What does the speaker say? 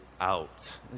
out